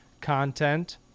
content